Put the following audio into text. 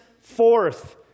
forth